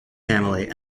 family